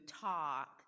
talk